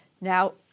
Now